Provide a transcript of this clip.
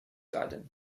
garden